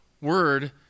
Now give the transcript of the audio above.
word